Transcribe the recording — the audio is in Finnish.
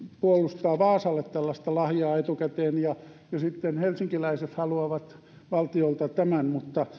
puolustaa vaasalle tällaista lahjaa etukäteen ja että sitten helsinkiläiset haluavat valtiolta tämän mutta